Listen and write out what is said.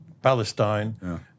Palestine